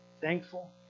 thankful